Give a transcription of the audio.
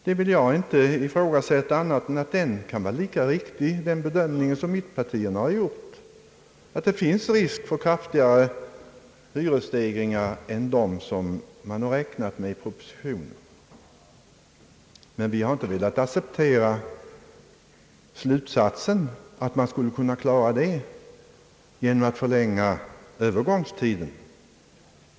Jag vill inte ifrågasätta annat än att mittenpartiernas bedömning kan vara lika riktig, att det finns risk för kraftigare hyresstegringar än dem som man räknat med i propositionen, Men vi har inte velat acceptera slutsatsen att man skulle kunna klara det genom att förlänga övergångstiden.